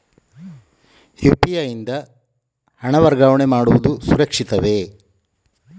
UPI ಯಿಂದ ಹಣ ವರ್ಗಾವಣೆ ಮಾಡುವುದು ಸುರಕ್ಷಿತವೇ?